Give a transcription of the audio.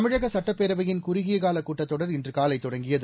தமிழக சட்டப்பேரவையின் குறுகிய கால கூட்டத்தொடர் இன்று காலை தொடங்கியது